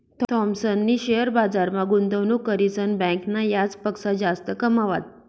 थॉमसनी शेअर बजारमा गुंतवणूक करीसन बँकना याजपक्सा जास्त कमावात